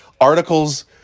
articles